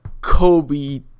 Kobe